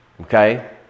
Okay